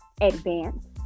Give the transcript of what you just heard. advanced